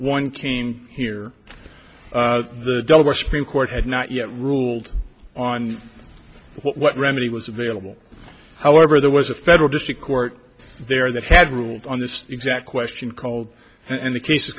one came here the delaware supreme court had not yet ruled on what remedy was available however there was a federal district court there that had ruled on this exact question called and the case